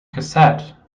cassette